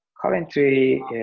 Currently